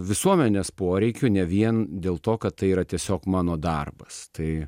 visuomenės poreikių ne vien dėl to kad tai yra tiesiog mano darbas tai